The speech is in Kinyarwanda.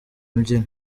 mbyino